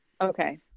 Okay